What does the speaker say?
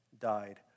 died